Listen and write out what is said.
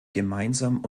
gemeinsam